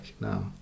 now